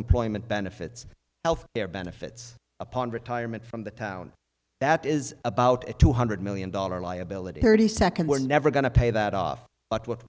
employment benefits health care benefits upon retirement from the town that is about a two hundred million dollar liability thirty second we're never going to pay that off but what